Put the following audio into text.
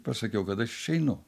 pasakiau kad aš išeinu